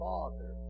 Father